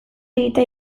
egitea